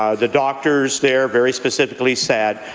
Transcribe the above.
ah the doctors there very specifically said,